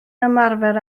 ymarfer